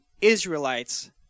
Israelites